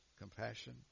compassion